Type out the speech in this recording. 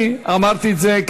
אמרתי את זה,